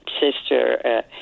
sister